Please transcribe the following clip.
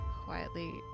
quietly